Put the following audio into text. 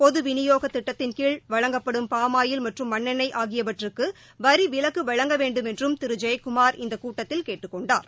பொது விநியோக திட்டத்தின் கீழ் வழங்கப்படும் பாமாயில் மற்றும் மண்ணெண்ணெய் ஆகியவற்றுக்கு வரி விலக்கு வழங்க வேண்டுமென்றும் திரு ஜெயக்குமார் இந்த கூட்டத்தில் கேட்டுக் கொண்டார்